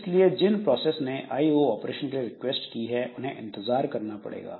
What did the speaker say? इसलिए जिन प्रोसेस ने आईओ ऑपरेशन के लिए रिक्वेस्ट की है उन्हें इंतजार करना पड़ेगा